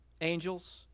Angels